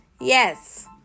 Yes